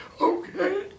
okay